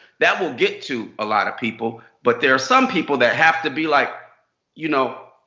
that will get to a lot of people. but there are some people that have to be like you know,